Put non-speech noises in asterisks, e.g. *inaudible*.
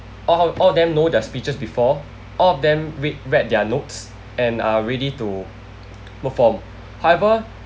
all all them know their speeches before all of them read read their notes and are ready to perform *noise* however